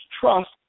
trust